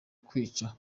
kwica